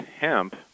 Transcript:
hemp